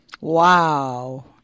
Wow